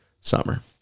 summer